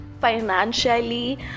financially